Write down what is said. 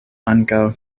ankaŭ